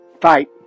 Fight